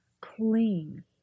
clean